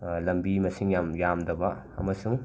ꯂꯝꯕꯤ ꯃꯁꯤꯡ ꯌꯥꯝꯅ ꯌꯥꯝꯗꯕ ꯑꯃꯁꯨꯡ